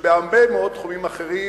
שבהרבה מאוד תחומים אחרים